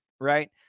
right